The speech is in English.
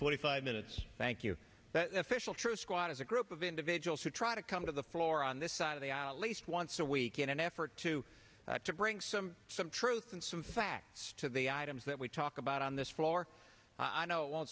forty five minutes thank you the official truth squad is a group of individuals who try to come to the floor on this side of the aisle least once a week in an effort to to bring some some truth and some facts to the items that we talk about on this floor i know it won't